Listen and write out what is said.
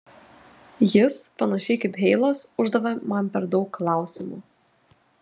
jis panašiai kaip heilas uždavė man per daug klausimų